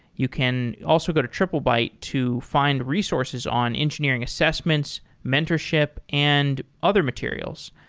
you can also go to triplebyte to find resources on engineering assessments, mentorship and other materials.